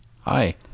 Hi